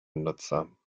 nutzer